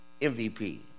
MVP